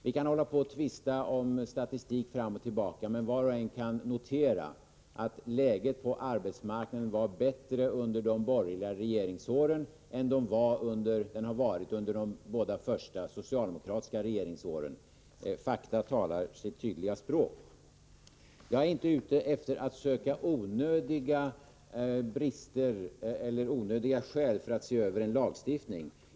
Vi kan tvista om statistik, men var och en kan konstatera att läget på arbetsmarknaden var bättre under de borgerliga regeringsåren än det har varit under de båda första socialdemokratiska regeringsåren. Fakta talar här sitt tydliga språk. Jag är inte ute efter att i onödan söka skäl för att se över en lagstiftning.